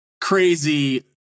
crazy